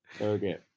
Okay